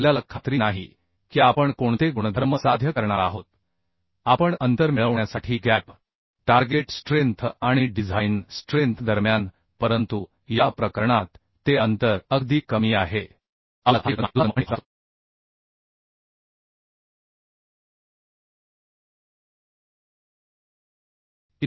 आपल्याला खात्री नाही की आपण कोणते गुणधर्म साध्य करणार आहोत आपण अंतर मिळवण्यासाठी गॅप टार्गेट स्ट्रेंथ आणि डिझाईंन स्ट्रेंथ दरम्यान परंतु या ठिकाणी ते अंतर अगदी कमी आहे हा पोलादाचा फायदेशीर गुणधर्म आहे दुसरा गुणधर्म म्हणजे तो हलका असतो